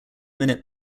minute